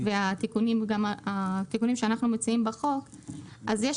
ביותר הנדרשת בנסיבות העניין ובלבד שתקופה כאמור לא תעלה על